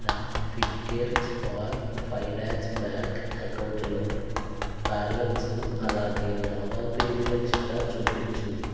నా Fincare small finance bank అకౌంటులో balance అలాగే లావాదేవీల చిట్టా చూపించుము